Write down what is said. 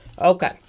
Okay